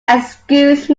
excuse